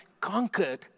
conquered